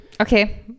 okay